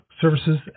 Services